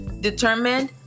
determined